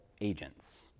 agents